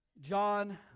John